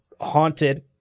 haunted